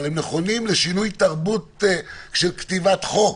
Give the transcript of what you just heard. אבל הם נכונים לשינוי תרבות של כתיבת חוק.